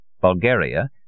Bulgaria